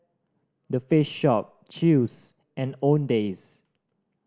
The Face Shop Chew's and Owndays